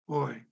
Boy